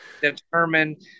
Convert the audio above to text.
determined